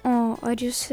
o ar jūs